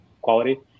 quality